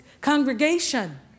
congregation